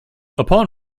upon